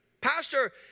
Pastor